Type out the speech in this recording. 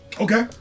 Okay